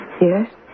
Yes